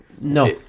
No